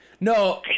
No